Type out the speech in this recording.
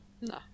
No